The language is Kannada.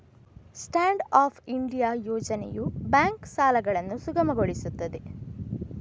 ಸ್ಟ್ಯಾಂಡ್ ಅಪ್ ಇಂಡಿಯಾ ಯೋಜನೆಯು ಬ್ಯಾಂಕ್ ಸಾಲಗಳನ್ನು ಸುಗಮಗೊಳಿಸುತ್ತದೆ